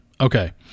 Okay